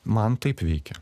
man taip veikia